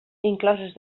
incloses